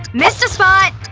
missed a spot!